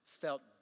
felt